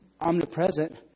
omnipresent